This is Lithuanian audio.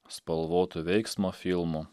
spalvotų veiksmo filmų